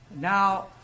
Now